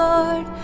Lord